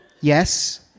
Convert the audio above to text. yes